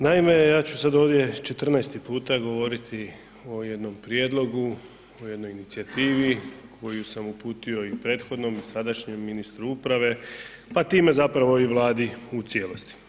Naime, ja ću sad ovdje 14 puta govoriti o jednom prijedlogu, o jednoj inicijativi koju sam uputio i prethodnom i sadašnjem ministru uprave, a time zapravo i Vladi u cijelosti.